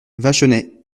vachonnet